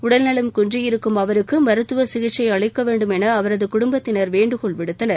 உடல்நலம் குன்றியிருக்கும் அவருக்கு மருத்துவ சிகிச்சை அளிக்கவேண்டும் என அவரது குடும்பத்தினர் வேண்டுகோள் விடுத்தனர்